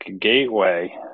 Gateway